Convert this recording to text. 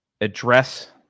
address